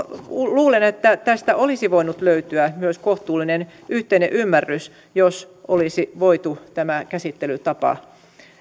luulen että tästä olisi voinut löytyä myös kohtuullinen yhteinen ymmärrys jos olisi voitu tämä käsittelytapa